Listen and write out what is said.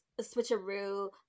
switcheroo